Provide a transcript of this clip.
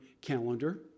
calendar